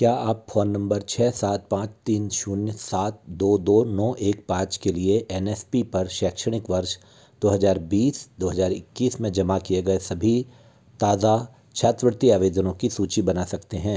क्या आप phone number छः सात पाँच तीन शून्य सात दो दो नौ एक पाँच के लिए एन एस पी पर शैक्षणिक वर्ष दो हज़ार बीस दो हज़ार इक्कीस में जमा किए गए सभी ताज़ा छात्रवृत्ति आवेदनों की सूची बना सकते हैं